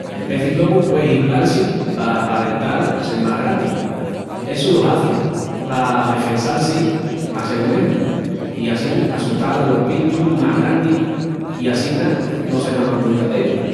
Sí, el peci globu puei himplal-si p'aparental sel más grandi. Essu lo hazi pa defensal-si a segu mesmu i assín assustal alos bichus más grandis i assina no sel la manduca d'ellus.